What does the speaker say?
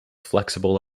flexible